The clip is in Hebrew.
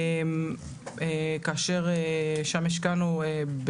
כאשר שם השקענו,